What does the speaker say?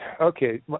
Okay